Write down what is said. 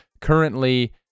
currently